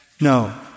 No